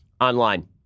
online